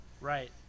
Right